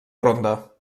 ronda